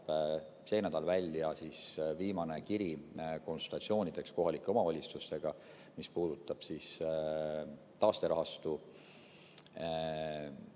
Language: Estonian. sel nädalal välja viimane kiri konsultatsioonideks kohalike omavalitsustega, mis puudutab taasterahastu